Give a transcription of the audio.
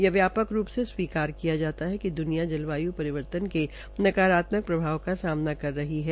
यह व्यापक रूप से स्वीकार किया जाता है कि दुनिया जलवाय् परिवर्तन के नकारात्मक प्रभाव का समाना कर रही है